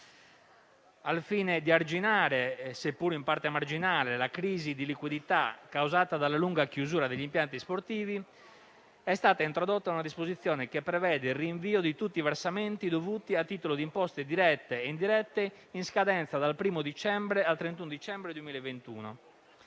Al fine di arginare, seppure in parte marginale, la crisi di liquidità causata dalla lunga chiusura degli impianti sportivi, è stata introdotta una disposizione che prevede il rinvio di tutti i versamenti dovuti a titolo di imposte dirette e indirette in scadenza dal 1° dicembre al 31 dicembre 2021.